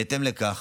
בהתאם לכך,